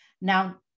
Now